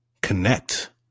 connect